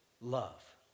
love